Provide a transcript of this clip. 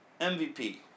MVP